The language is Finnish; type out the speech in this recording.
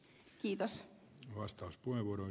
arvoisa puhemies